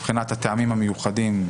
מבחינת הטעמים המיוחדים,